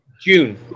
June